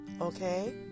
Okay